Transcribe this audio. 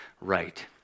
right